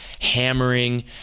hammering